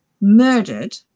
murdered